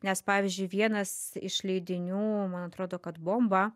nes pavyzdžiui vienas iš leidinių man atrodo kad bomba